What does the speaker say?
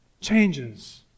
changes